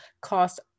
cost